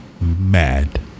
mad